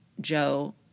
Joe